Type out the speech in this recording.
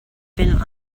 been